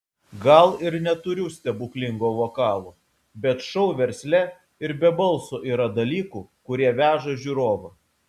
gal ir neturiu stebuklingo vokalo bet šou versle ir be balso yra dalykų kurie veža žiūrovą